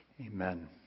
Amen